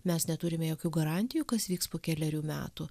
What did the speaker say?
mes neturime jokių garantijų kas vyks po kelerių metų